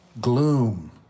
gloom